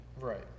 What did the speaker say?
Right